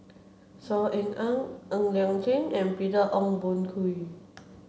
Saw Ean Ang Ng Liang Chiang and Peter Ong Boon Kwee